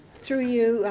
through you,